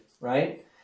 right